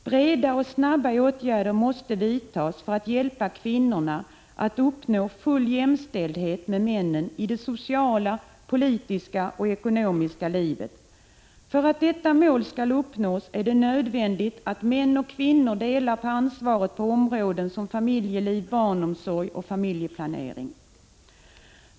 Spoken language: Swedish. Breda och snabba åtgärder måste vidtas för att kvinnorna skall få hjälp att uppnå full jämställdhet med männen i det sociala, politiska och ekonomiska livet. För att detta mål skall uppnås är det nödvändigt att män och kvinnor delar på ansvaret på områden som familjeliv, barnomsorg och familjeplanering.